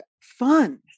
fun